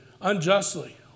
unjustly